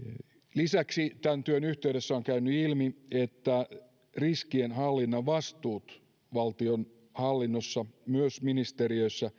lisäksi tämän työn yhteydessä on käynyt ilmi että riskienhallinnan vastuut valtionhallinnossa myös ministeriöissä